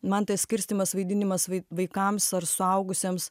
man tai skirstymas vaidinimas vai vaikams ar suaugusiems